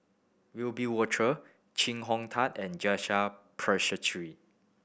Wiebe Wolters Chee Hong Tat and Janil Puthucheary